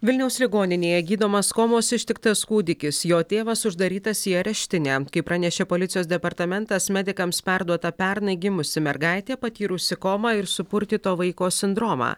vilniaus ligoninėje gydomas komos ištiktas kūdikis jo tėvas uždarytas į areštinę kaip pranešė policijos departamentas medikams perduota pernai gimusi mergaitė patyrusi komą ir supurtyto vaiko sindromą